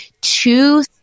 two